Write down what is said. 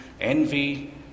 envy